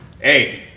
hey